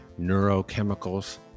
neurochemicals